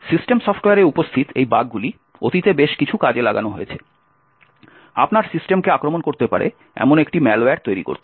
system সফ্টওয়্যারে উপস্থিত এই বাগগুলি অতীতে বেশ কিছুটা কাজে লাগানো হয়েছে আপনার সিস্টেমকে আক্রমণ করতে পারে এমন একটি ম্যালওয়্যার তৈরি করতে